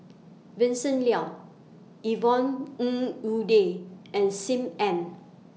Vincent Leow Yvonne Ng Uhde and SIM Ann